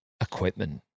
Equipment